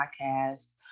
podcast